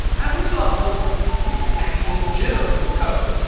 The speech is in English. as we saw in postman, you can actually generate code.